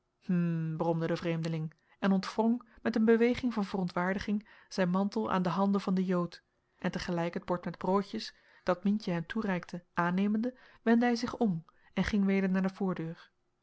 bromde de vreemdeling en ontwrong met een beweging van verontwaardiging zijn mantel aan de handen van den jood en te gelijk het bord met broodjes dat mientje hem toereikte aannemende wendde hij zich om en ging weder naar de voordeur